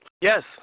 yes